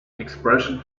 expression